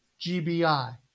GBI